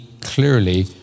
clearly